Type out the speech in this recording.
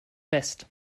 west